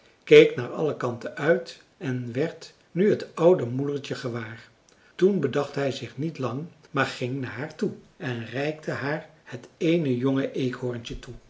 keek naar alle kanten uit en werd nu het oude moedertje gewaar toen bedacht hij zich niet lang maar ging naar haar toe en reikte haar het eene jonge eekhoorntje toe